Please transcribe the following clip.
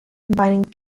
combining